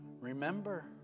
Remember